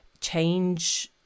change